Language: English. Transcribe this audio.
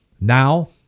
now